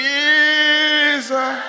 Jesus